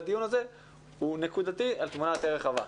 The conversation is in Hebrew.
הדיון הזה הוא נקודתי על תמונה די רחבה.